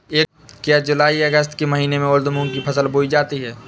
क्या जूलाई अगस्त के महीने में उर्द मूंग की फसल बोई जाती है?